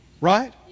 right